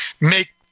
make